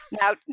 Now